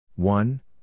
One